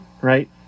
Right